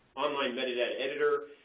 online metadata editor,